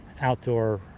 outdoor